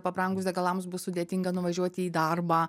pabrangus degalams bus sudėtinga nuvažiuoti į darbą